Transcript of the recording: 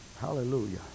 Hallelujah